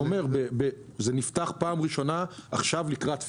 זה נפתח בפעם הראשונה עכשיו, לקראת פברואר,